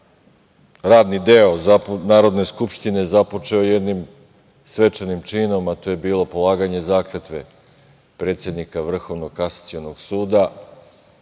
radni deo Narodne skupštine započeo jednim svečanim činom, a to je bilo polaganje zakletve predsednika Vrhovnog kasacionog suda.